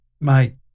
mate